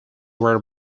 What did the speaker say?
were